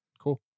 Cool